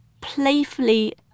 playfully